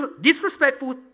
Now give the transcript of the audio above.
disrespectful